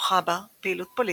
צמחה בה פעילות פוליטית,